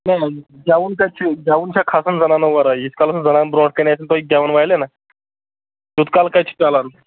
نہ نہ یہِ گٮ۪وُن کَتہِ چھِ گٮ۪وُن چھےٚ کھَسان زَنانو وَرٲے ییٖتِس کالَس نہٕ زَنانہٕ برونٛٹھ کَنہِ آسن تۄہہِ گٮ۪وَن والٮ۪ن نا تیُٚتھ کال کَتہِ چھِ چَلَان